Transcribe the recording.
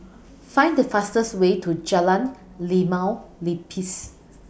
Find The fastest Way to Jalan Limau Nipis